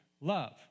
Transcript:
love